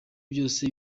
byose